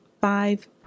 five